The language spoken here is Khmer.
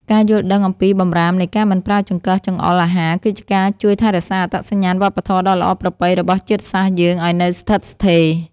ការយល់ដឹងអំពីបម្រាមនៃការមិនប្រើចង្កឹះចង្អុលអាហារគឺជាការជួយថែរក្សាអត្តសញ្ញាណវប្បធម៌ដ៏ល្អប្រពៃរបស់ជាតិសាសន៍យើងឱ្យនៅស្ថិតស្ថេរ។